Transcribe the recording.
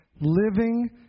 Living